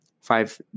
five